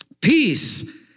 Peace